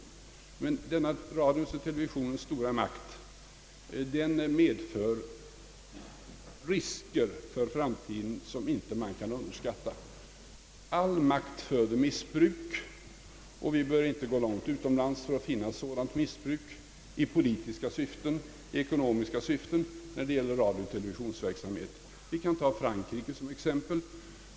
Men denna radions och televisionens stora makt medför risker för framtiden, vilka man inte kan underskatta. All makt föder missbruk, och vi behöver inte gå långt utomlands för att finna sådana missbruk i politiskt eller ekonomiskt syfte när det gäller radions och televisionens verksamhet. Vi kan ta Frankrike som exempel.